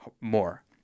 more